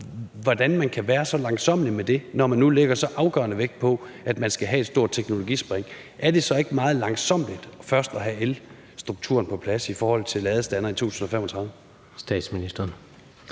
hvordan man kan være så langsommelig med det. Når man nu lægger så afgørende vægt på, at man skal have et stort teknologispring, er det så ikke meget langsommeligt først at have elstrukturen i forhold til ladestandere på